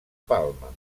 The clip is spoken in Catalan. palma